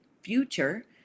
future